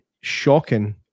shocking